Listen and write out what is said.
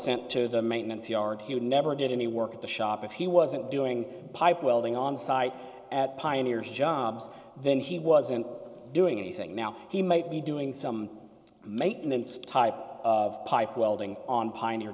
sent to the maintenance yard who never did any work at the shop if he wasn't doing pipe welding on site at pioneers jobs then he wasn't doing anything now he might be doing some maintenance type of pipe welding on pioneer